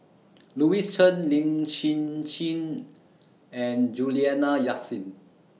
Louis Chen Lin Hsin Hsin and Juliana Yasin